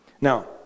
Now